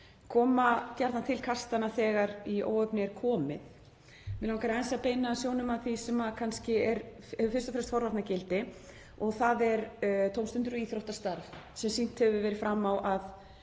koma gjarnan til kastanna þegar í óefni er komið. Mig langar aðeins að beina sjónum að því sem hefur kannski fyrst og fremst forvarnagildi og það er tómstunda- og íþróttastarf sem sýnt hefur verið fram á að